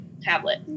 tablet